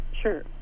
Sure